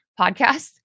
podcast